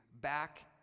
back